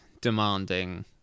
demanding